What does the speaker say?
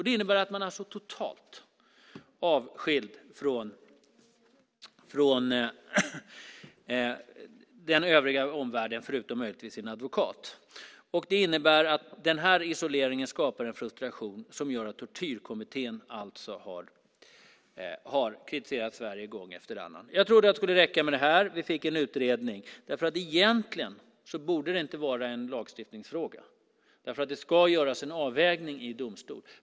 Det innebär att den häktade är totalt avskild från den övriga omvärlden, förutom möjligtvis sin advokat. Den isoleringen skapar en frustration som gör att Tortyrkommittén alltså har kritiserat Sverige gång efter annan. Jag trodde att det skulle räcka med det här, det vill säga att vi fick en utredning. Egentligen borde det inte vara en lagstiftningsfråga. Det ska göras en avvägning i domstol.